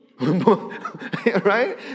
Right